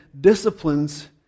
disciplines